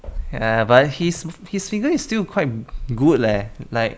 ya but his his figure is still quite good leh like